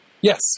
Yes